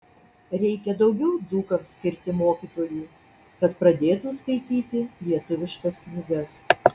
reikia daugiau dzūkams skirti mokytojų kad pradėtų skaityti lietuviškas knygas